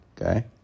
okay